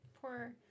poor